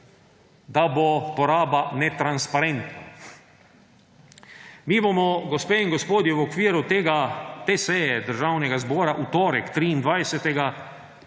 da bo poraba netransparentna. Mi bomo, gospe in gospodje, v okviru te seje Državnega zbora v torek, 23.,